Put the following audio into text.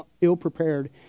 ill-prepared